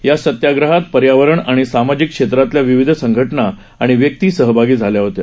या सत्याग्रहात पर्यावरण आणि सामाजिक क्षेत्रातल्या विविध संघटना आणि व्यक्ती सहभागी झाल्या होत्या